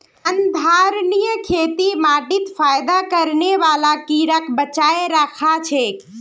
संधारणीय खेती माटीत फयदा करने बाला कीड़ाक बचाए राखछेक